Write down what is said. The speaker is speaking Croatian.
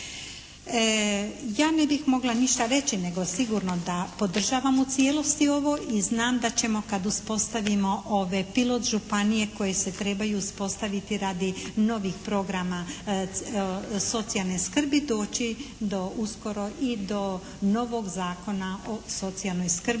Ja ne bih mogla ništa reći nego sigurno da podržavam u cijelosti ovo i znam da ćemo kad uspostavimo ove pilot županije koje se trebaju uspostaviti radi novih programa socijalne skrbi doći do uskoro i do novog Zakona o socijalnoj skrbi